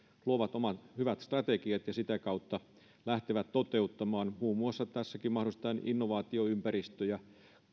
luovat omat hyvät strategiat ja sitä kautta lähtevät toteuttamaan muun muassa tässäkin mahdollistetaan innovaatioympäristöjä